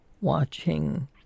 watching